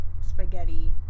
spaghetti